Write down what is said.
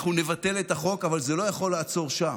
אנחנו נבטל את החוק, אבל זה לא יכול לעצור שם.